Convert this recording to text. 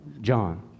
John